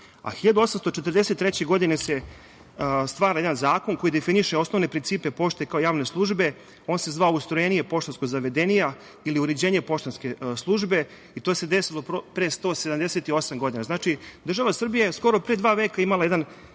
1843. godine se stvara jedan zakon koji definiše osnovne principe pošte kao javne službe. On se zvao „Ustrojenije poštanskog zavedenija“ ili „Uređenje poštanske službe.“ To se desilo pre 178 godina. Znači, država Srbija je skoro pre dva veka imala jedan